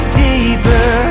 deeper